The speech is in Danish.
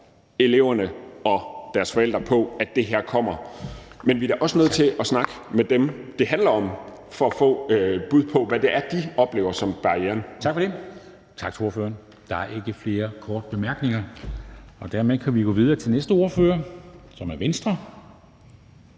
eleverne og deres forældre på, at det her kommer? Men vi er da også nødt til at snakke med dem, det handler om, for at få et bud på, hvad det er, de oplever som barrieren. Kl. 10:53 Formanden (Henrik Dam Kristensen): Tak for det, og tak til ordføreren. Der er ikke flere korte bemærkninger. Dermed kan vi gå videre til næste ordfører, som er fra Venstre